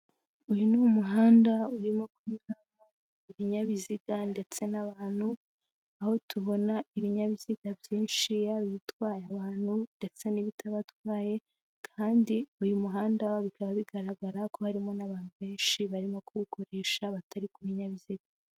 Uyu ni umuhanda urimo kunyuramo ibinyabiziga ndetse n'abantu, aho tubona ibinyabiziga byinshi bitwaye abantu ndetse n'ibitabatwaye kandi uyu muhanda bikaba bigaragara ko harimo n'abantu benshi barimo kuwukoresha batari ku binyabiziga.